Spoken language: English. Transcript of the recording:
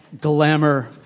glamour